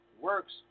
works